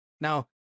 Now